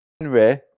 Henry